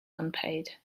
unpaid